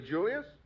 Julius